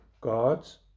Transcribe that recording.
God's